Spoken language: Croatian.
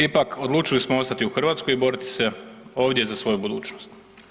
Ipak, odlučili smo ostati u Hrvatskoj i boriti se ovdje za svoju budućnost.